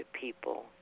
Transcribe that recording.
people